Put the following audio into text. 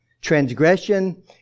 Transgression